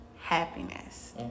happiness